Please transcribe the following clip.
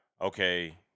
okay